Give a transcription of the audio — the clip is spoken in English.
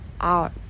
out